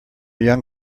young